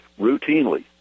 routinely